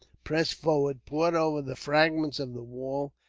pressed forward, poured over the fragments of the wall,